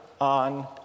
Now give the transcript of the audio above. on